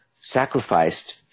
sacrificed